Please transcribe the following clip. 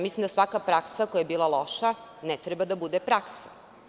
Mislim da svaka praksa koja je bila loša ne treba da bude praksa.